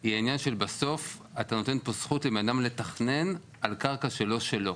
היא העניין של בסוף אתה נותן פה זכות לבן אדם לתכנן על קרקע שלא שלו.